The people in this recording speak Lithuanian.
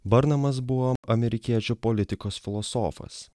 burnamas buvo amerikiečių politikos filosofas